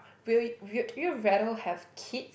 will y~ would you rather have kids